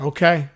Okay